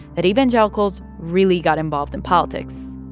that evangelicals really got involved in politics.